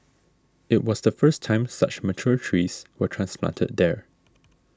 it was the first time such mature trees were transplanted there